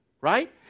right